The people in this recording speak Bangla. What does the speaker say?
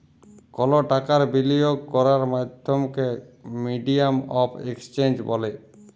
কল টাকার বিলিয়গ ক্যরের মাধ্যমকে মিডিয়াম অফ এক্সচেঞ্জ ব্যলে